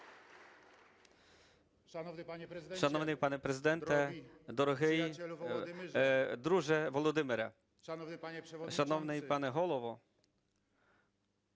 Шановний пане Президенте, дорогий друже Володимире! Шановний пане Голово!